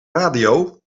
radio